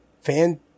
fan